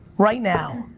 right now,